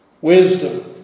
Wisdom